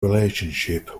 relationship